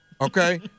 okay